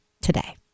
today